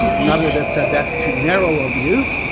another that said that's too narrow a view,